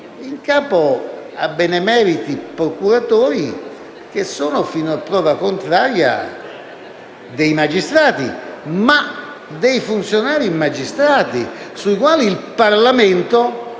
in capo a benemeriti procuratori che, fino a prova contraria, sono sì dei magistrati, ma dei funzionari magistrati sui quali il Parlamento